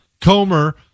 Comer